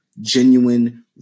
genuine